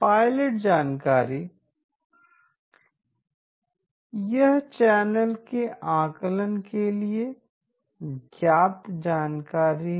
pilot जानकारी यह channel के आकलन के लिए ज्ञात जानकारी है